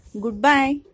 goodbye